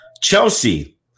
Chelsea